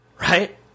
Right